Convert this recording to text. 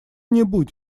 нибудь